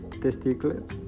testicles